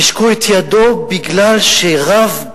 נישקו את ידו מפני שרב,